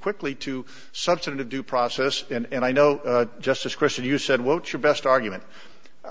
quickly to substantive due process and i know justice question you said what's your best argument